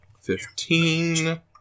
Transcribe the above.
fifteen